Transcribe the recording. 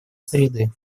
среды